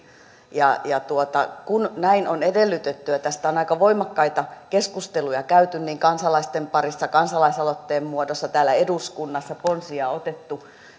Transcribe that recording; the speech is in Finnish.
kun näin on edellytetty ja tästä on aika voimakkaita keskusteluja käyty kansalaisten parissa kansalaisaloitteen muodossa täällä eduskunnassa ponsia otettu